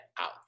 out